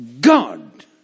God